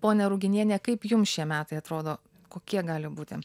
ponia ruginiene kaip jums šie metai atrodo kokie gali būti